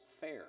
fair